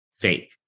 fake